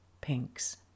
pinks